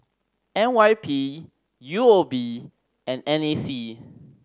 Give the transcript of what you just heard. N Y P U O B and N A C